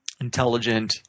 intelligent